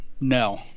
no